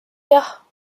jah